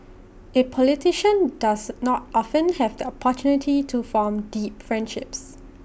A politician does not often have the opportunity to form deep friendships